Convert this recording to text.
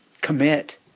Commit